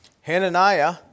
Hananiah